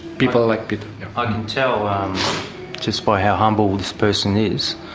people like peter. i can tell just by how humble this person is